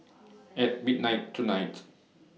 At midnight tonight